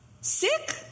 sick